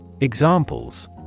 Examples